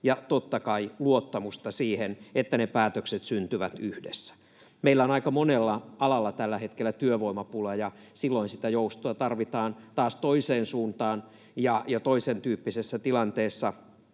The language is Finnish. ja totta kai luottamusta siihen, että ne päätökset syntyvät yhdessä. Meillä on aika monella alalla tällä hetkellä työvoimapula, ja silloin sitä joustoa tarvitaan taas toiseen suuntaan. Toisentyyppisessä tilanteessa